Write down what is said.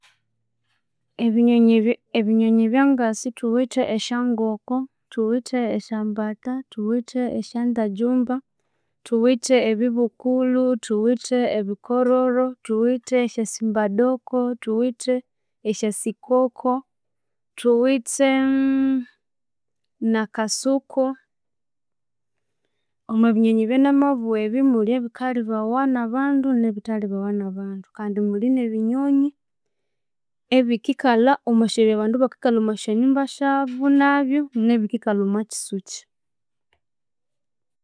Ebinyonyi ebinyonyi ebyangasi thuwithe esya ngoko, thuwithe esya mbatha, thuwithe esya ntajumba, thuwithe ebibukulhu, thuwithe ebikororo, thuwithe esya simba doko, thuwithe esya sikoko, thuwithe na kasuku omwa binyonyi ebyanabugha ebi mulhi ebikalhibawa nebithilhibawa nabandu kandi mulhi ne binyonyi ebikikalha omwa sya abandu bakikalha omwasyanyumba syabu nabyu nebi kikalha omwa kisuki.